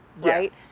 right